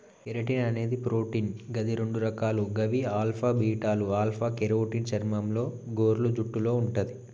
keratin అనేది protein గది రెండు రకాలు గవి ఆల్ఫా, బీటాలు ఆల్ఫ కెరోటిన్ చర్మంలో, గోర్లు, జుట్టులో వుంటది